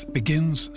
begins